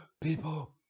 people